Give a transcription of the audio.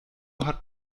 hat